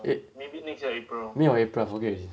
eh may or april I forget already